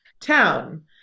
town